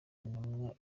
intumwa